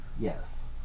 Yes